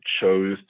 chose